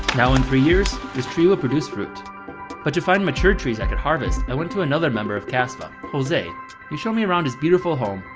now in three years this tree wil produce fruit but to find mature trees i could harvest i went to another member of casva. jose he showed me around his beautiful home.